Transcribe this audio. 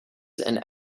and